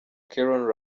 keron